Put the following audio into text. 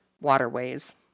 waterways